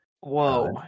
Whoa